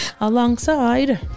alongside